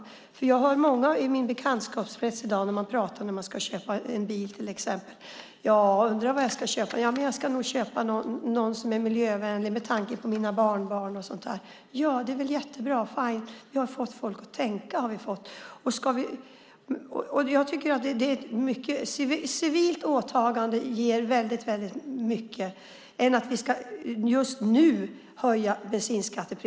Till exempel hör jag att många i min bekantskapskrets som ska köpa en bil säger: Jag undrar vilken bil jag ska köpa. Jag ska nog köpa en som är miljövänlig med tanke på mina barnbarn och så. Ja, det är väl jättebra. Fine ! Vi har fått folk att tänka. Ett civilt åtagande ger väldigt mycket i stället för att just nu höja bensinskatten.